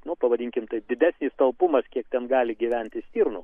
nu pavadinkim taip didesnis talpumas kiek ten gali gyventi stirnų